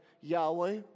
Yahweh